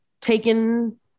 taken-